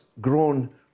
grown